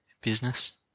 business